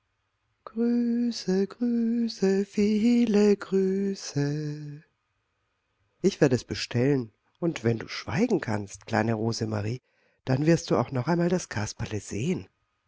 grüße grüße viele grüße ich werd es bestellen und wenn du schweigen kannst kleine rosemarie dann wirst du auch noch einmal das kasperle sehen